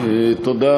תודה.